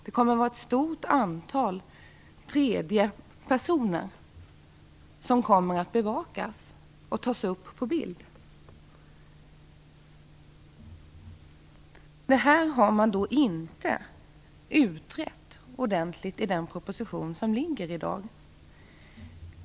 Det kommer att bli ett stort antal tredjepersoner som kommer att bevakas och tas upp på bild. Detta har man inte utrett ordentligt i den liggande propositionen.